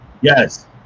Yes